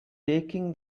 taking